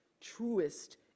truest